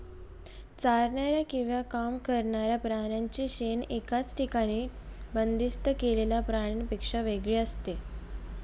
चरणाऱ्या किंवा काम करणाऱ्या प्राण्यांचे शेण एकाच ठिकाणी बंदिस्त केलेल्या प्राण्यांपेक्षा वेगळे असते